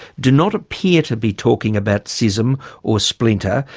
do not appear to be talking about schism or splinter.